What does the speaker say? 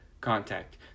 contact